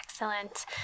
Excellent